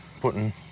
putting